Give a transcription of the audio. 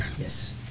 Yes